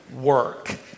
work